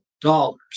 dollars